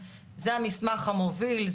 זה המסמך המוביל,